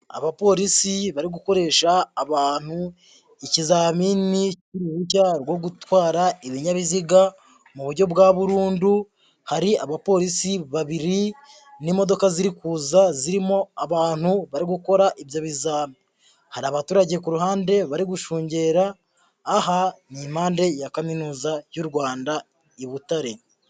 Abapolisi bari gukoresha abantu ikizamini cy'uruhushya rwo gutwara ibinyabiziga mu buryo bwa burundu, hari abapolisi babiri n'imodoka ziri kuza zirimo abantu bari gukora ibyo bizami. Hari abaturage ku ruhande bari gushungera, aha ni impande ya kaminuza y'u Rwanda, i Butare.